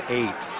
eight